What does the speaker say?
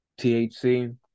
THC